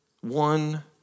one